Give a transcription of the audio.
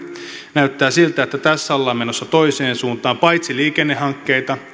näyttää siltä että tässä ollaan menossa toiseen suuntaan paitsi että liikennehankkeita